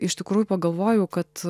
iš tikrųjų pagalvojau kad